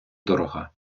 дорога